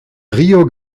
rio